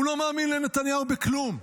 הוא לא מאמין לנתניהו בכלום.